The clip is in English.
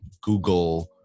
Google